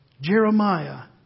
Jeremiah